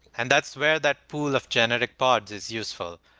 and that's where that pool of genetic parts is useful.